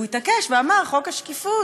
הוא התעקש ואמר: חוק השקיפות,